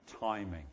Timing